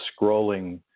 scrolling